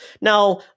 Now